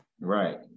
Right